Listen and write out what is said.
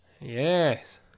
yes